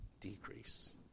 decrease